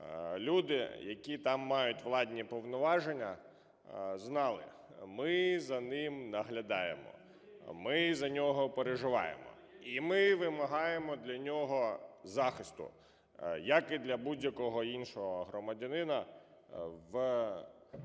люди, які там мають владні повноваження, знали: ми за ним наглядаємо, ми за нього переживаємо, і ми вимагаємо для нього захисту, як і для будь-якого іншого громадянина у